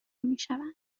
میشوند